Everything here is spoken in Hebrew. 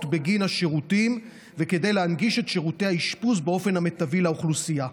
בגין השירותים וכדי להנגיש את שירותי האשפוז באופן המיטבי לאוכלוסייה.